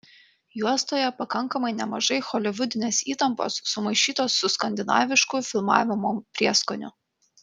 juostoje pakankamai nemažai holivudinės įtampos sumaišytos su skandinavišku filmavimo prieskoniu